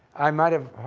i might have,